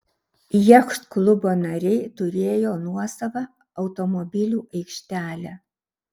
jachtklubo nariai turėjo nuosavą automobilių aikštelę